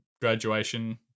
graduation